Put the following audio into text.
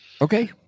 Okay